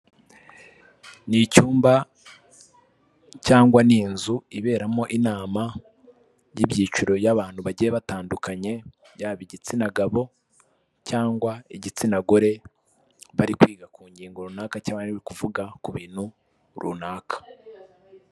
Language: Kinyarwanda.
Ni icyumba cyangwa ni inzu iberamo inama y'ibyiciro y'abantu bagiye batandukanye yaba igitsina gabo cyangwa igitsina gore bari kwiga ku ngingo runaka cyangwa bari kuvuga ku bintu runaka.